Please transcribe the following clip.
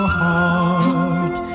heart